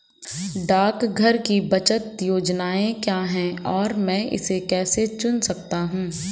डाकघर की बचत योजनाएँ क्या हैं और मैं इसे कैसे चुन सकता हूँ?